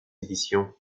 éditions